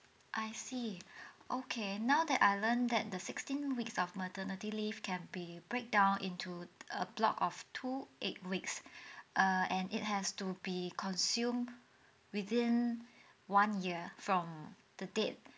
I see okay now that I learn that the sixteen weeks of maternity leave can be breakdown into a block of two eight weeks err and it has to be consume within one year from the date